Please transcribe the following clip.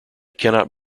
cannot